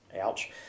Ouch